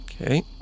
Okay